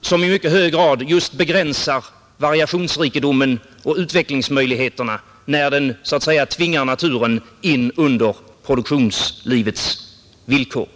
som i mycket hög grad begränsar variationsrikedomen och utvecklingsmöjligheterna när den tvingar naturen in under produktionslivets villkor.